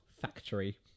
factory